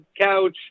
couch